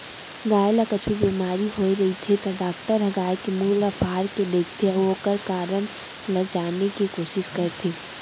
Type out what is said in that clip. गाय ल कुछु बेमारी होय रहिथे त डॉक्टर ह गाय के मुंह ल फार के देखथें अउ ओकर कारन ल जाने के कोसिस करथे